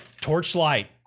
torchlight